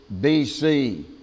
BC